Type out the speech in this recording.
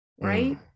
Right